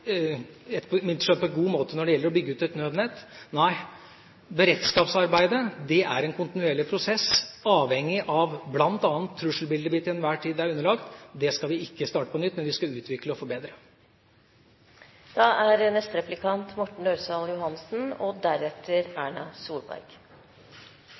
på en god måte, bl.a. når det gjelder å bygge ut et nødnett – nei. Beredskapsarbeidet er en kontinuerlig prosess, avhengig av bl.a. trusselbildet vi til enhver tid er underlagt. Det skal vi ikke starte på nytt, men vi skal utvikle og forbedre det. Politiet har fått økte bevilgninger i årene som har gått siden denne regjeringen ble til, og